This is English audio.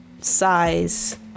size